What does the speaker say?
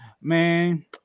man